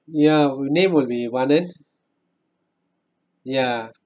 ya my name would be vanan ya